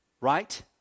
Right